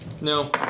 No